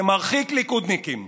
זה מרחיק ליכודניקים,